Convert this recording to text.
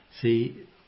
See